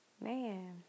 Man